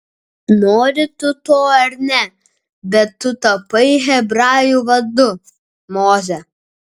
nori tu to ar ne bet tu tapai hebrajų vadu moze